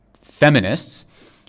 feminists